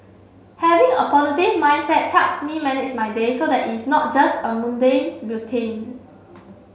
having a positive mindset helps me manage my day so that it's not just a mundane routine